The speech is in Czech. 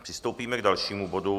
Přistoupíme k dalšímu bodu.